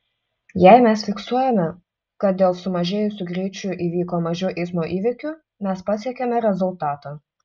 jei mes fiksuojame kad dėl sumažėjusių greičių įvyko mažiau eismo įvykių mes pasiekiame rezultatą